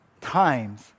times